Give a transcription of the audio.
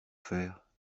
faire